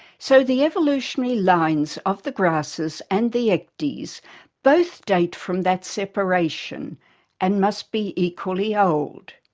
so the evolutionary lines of the grasses and the ecdies both date from that separation and must be equally old.